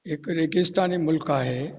हिकु रेगिस्तानी मुल्क़ु आहे